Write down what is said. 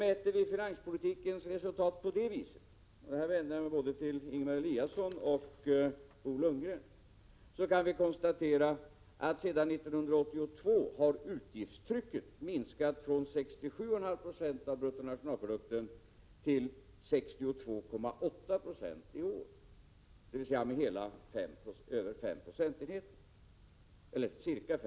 Mäter vi finanspolitikens resultat på det viset — här vänder jag mig till både Ingemar Eliasson och Bo Lundgren — kan vi konstatera, att sedan 1982 har utgiftstrycket minskat från 67,5 90 av bruttonationalprodukten till 62,8 26 i år, dvs. med ca 5 procentenheter.